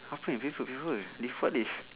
halfway where got paper list what list